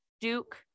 Duke